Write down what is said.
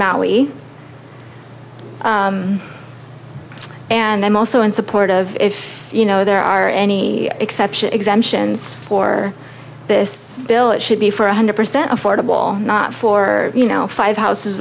maui and i'm also in support of if you know there are any exception exemptions for this bill it should be for one hundred percent affordable not for you know five houses